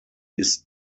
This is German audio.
ist